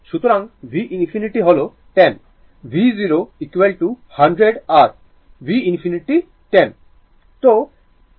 সুতরাং v infinity হল 10 v0 100 আর v infinity 10